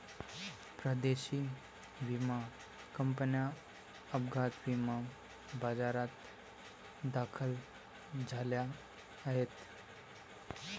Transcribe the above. परदेशी विमा कंपन्या अपघात विमा बाजारात दाखल झाल्या आहेत